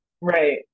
Right